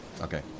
okay